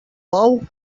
bou